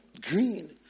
Green